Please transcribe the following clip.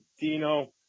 Dino